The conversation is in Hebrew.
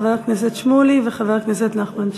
חבר הכנסת שמולי וחבר הכנסת נחמן שי.